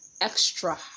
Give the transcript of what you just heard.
extra